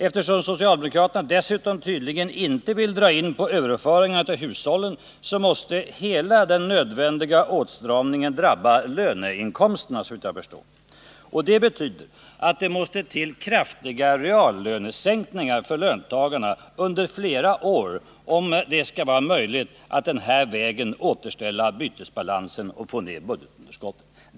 Eftersom socialdemokraterna dessutom tydligen inte vill dra in på överföringar till hushållen, måste hela den nödvändiga åtstramningen drabba löneinkomsterna, såvitt jag förstår. Det betyder att det måste till kraftiga reallönesänkningar för löntagarna under flera år, om det skall vara möjligt att den här vägen återställa bytesbalansen och minska budgetunderskottet.